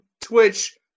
Twitch